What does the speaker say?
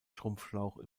schrumpfschlauch